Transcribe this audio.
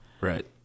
Right